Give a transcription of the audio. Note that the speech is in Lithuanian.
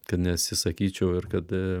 kad neatsisakyčiau ir kad